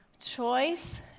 choice